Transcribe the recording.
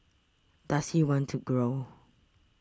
does he want to grow